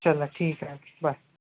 चला ठीक आहे बाय